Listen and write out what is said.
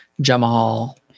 Jamal